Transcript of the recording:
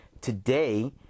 today